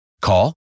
Call